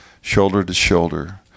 shoulder-to-shoulder